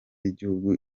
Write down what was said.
y’igihugu